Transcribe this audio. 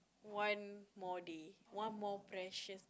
one more day one more precious